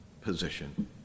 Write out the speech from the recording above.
position